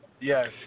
yes